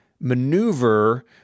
maneuver